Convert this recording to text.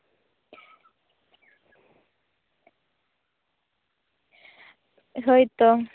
ᱦᱳᱭ ᱛᱚ